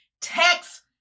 Text